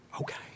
Okay